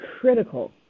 critical